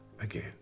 again